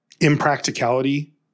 Impracticality